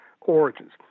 origins